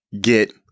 get